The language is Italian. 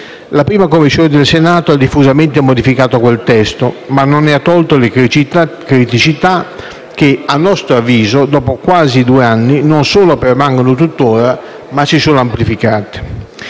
La 1a Commissione del Senato ha diffusamente modificato quel testo, ma non ne ha eliminato le criticità che, a nostro avviso, dopo quasi due anni, non solo permangono tuttora, ma si sono addirittura